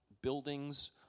buildings